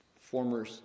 former